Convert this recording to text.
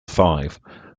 five